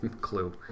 Clue